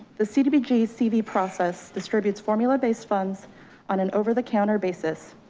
the cdbg cv process distributes formula based funds on an over the counter basis.